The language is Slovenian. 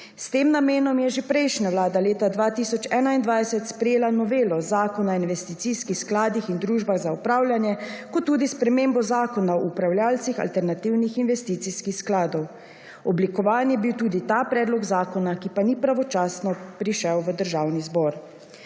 S tem namenom je že prejšnja vlada leta 2021 sprejela novelo Zakona o investicijskih skladih in družbah za upravljanje kot tudi spremembo zakona o upravljalcih alternativnih investicijskih skladov. Oblikovan je bil tudi ta predlog zakona, ki pa ni pravočasno prišel v Državni zbor.